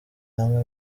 amwe